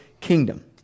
kingdom